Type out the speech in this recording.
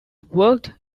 worked